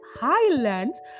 highlands